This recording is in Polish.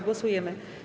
Głosujemy.